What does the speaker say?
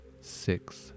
six